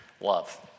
love